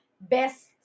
best